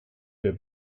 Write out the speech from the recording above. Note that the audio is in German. der